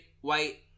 white